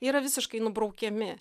yra visiškai nubraukiami